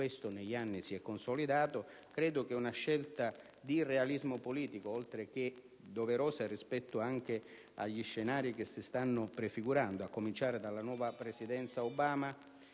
questo negli anni si è consolidato, credo che una scelta di realismo politico, oltre che doverosa rispetto anche agli scenari che si stanno prefigurando, a cominciare dalla nuova presidenza Obama,